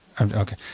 Okay